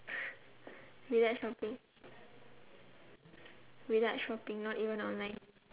without shopping without shopping not even online